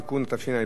(תיקון מס' 4),